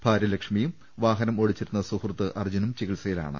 ഭാര്യ ലക്ഷ്മിയും വാഹനം ഓടിച്ചിരുന്ന സുഹൃത്ത് അർജ്ജുനും ചികിത്സ യിലാണ്